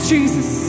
Jesus